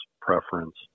preference